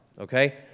okay